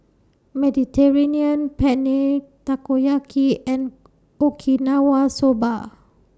Mediterranean Penne Takoyaki and Okinawa Soba